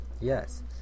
Yes